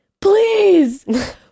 please